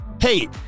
Hey